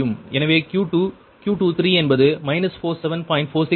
எனவே Q2 Q23 என்பது 47